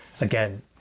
Again